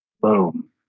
boom